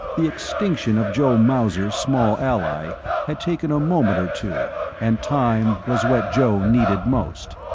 the extinction of joe mauser's small ally had taken a moment or two and time was what joe needed most.